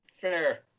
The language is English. Fair